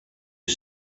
you